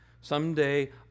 Someday